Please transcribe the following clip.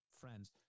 friends